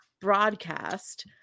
broadcast